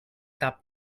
top